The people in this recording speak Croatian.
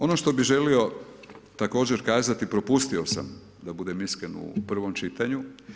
Ono što bih želio također kazati, propustio sam, da budem iskren u prvom čitanju.